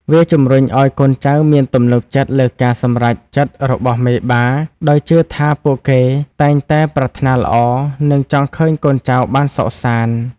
វាជំរុញឱ្យកូនចៅមានទំនុកចិត្តលើការសម្រេចចិត្តរបស់មេបា ដោយជឿថាពួកគេតែងតែប្រាថ្នាល្អ និងចង់ឃើញកូនចៅបានសុខសាន្ដ។